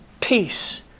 peace